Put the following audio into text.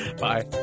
Bye